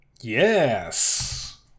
Yes